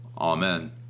amen